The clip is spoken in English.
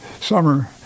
summer